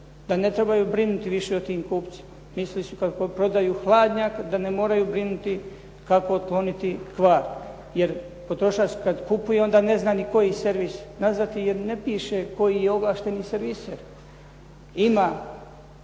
da ne trebaju brinuti više o tim kupcima. Mislili su kad prodaju hladnjak da ne moraju brinuti kako otkloniti kvar jer potrošač kad kupuje, onda ne zna ni koji servis nazvati jer ne piše koji je ovlašteni servise. Ima